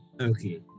Okay